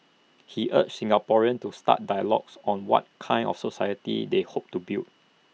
he urged Singaporeans to start dialogues on what kind of society they hope to build